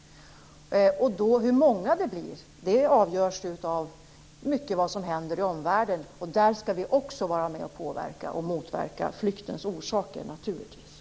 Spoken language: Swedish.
Hur många de blir avgörs i mycket av det som händer i omvärlden. Där skall vi också vara med och påverka, och naturligtvis motverka flyktens orsaker.